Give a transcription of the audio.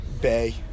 Bay